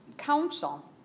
council